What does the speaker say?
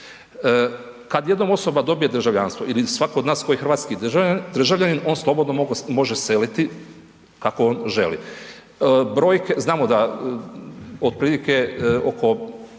Kad jednom osoba dobije državljanstvo ili svatko od nas koji je hrvatski državljanin on slobodno može seliti kako on želi. Brojke, znamo da otprilike oko